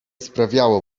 sprawiało